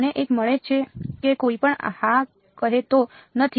મને એક મળે છે કે કોઈ પણ હા કહેતો નથી